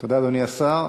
תודה, אדוני השר.